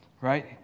right